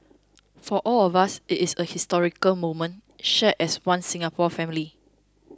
for all of us it is a historic moment shared as One Singapore family